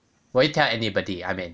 will you tell anybody I mean